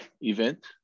event